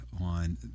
on